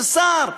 זה שר,